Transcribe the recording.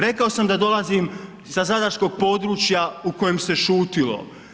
Rekao sam da dolazim sa zadarskog područja u kojem se šutjelo.